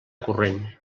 corrent